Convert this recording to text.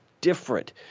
different